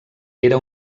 era